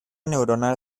neuronal